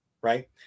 right